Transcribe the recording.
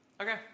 Okay